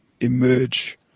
emerge